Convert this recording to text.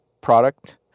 product